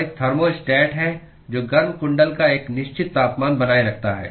और एक थर्मोस्टेट है जो गर्म कुंडल का एक निश्चित तापमान बनाए रखता है